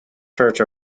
church